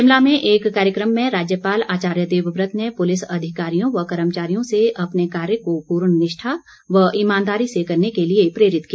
शिमला में एक कार्यक्रम में राज्यपाल आचार्य देवव्रत ने पूलिस अधिकारियों व कर्मचारियों से अपने कार्य को पूर्ण निष्ठा व ईमानदारी से करने के लिए प्रेरित किया